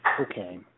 Okay